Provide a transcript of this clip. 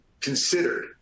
considered